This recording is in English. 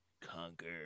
conquer